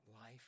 life